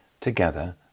together